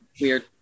weird